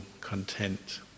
content